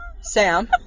Sam